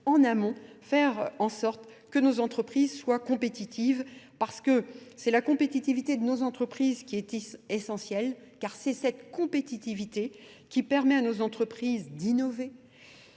en amont faire en sorte que nos entreprises soient compétitives parce que c'est la compétitivité de nos entreprises qui est essentielle car c'est cette compétitivité qui permet à nos entreprises d'innover.